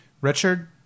Richard